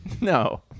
no